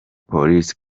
police